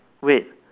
wait